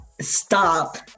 stop